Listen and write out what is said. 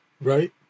Right